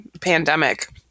pandemic